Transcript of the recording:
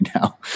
now